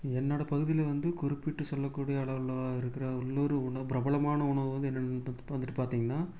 என்னோடய பகுதியில் வந்து குறிப்பிட்டு சொல்லக்கூடிய அளவில் இருக்கிற இன்னொரு உண பிரபலமான உணவு வந்து என்னன்னு வந்துட்டு பார்த்தீங்கன்னா